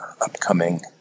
upcoming